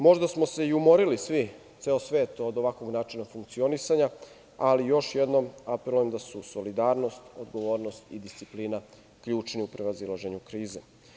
Možda smo se i umorili svi, ceo svet, od ovakvog načina funkcionisanja, ali još jednom apelujem da su solidarnost, odgovornost i disciplina ključni u prevazilaženju krize.